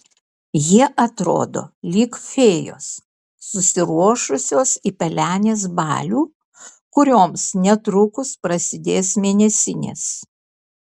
jie atrodo lyg fėjos susiruošusios į pelenės balių kurioms netrukus prasidės mėnesinės